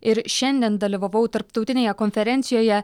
ir šiandien dalyvavau tarptautinėje konferencijoje